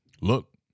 look